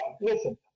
Listen